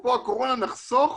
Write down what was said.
אפרופו הקורונה, נחסוך